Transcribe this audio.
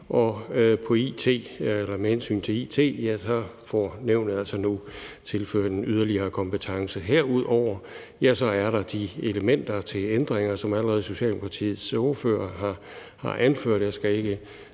Og med hensyn til it får nævnet altså nu tilført en yderligere kompetence. Herudover er der de elementer til ændringer, som allerede Socialdemokratiets ordfører har anført.